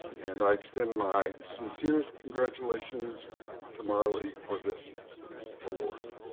and i extend my sincerest congratulations to marlea for this award.